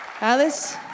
Alice